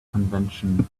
convention